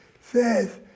says